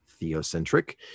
theocentric